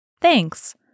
Thanks